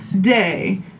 day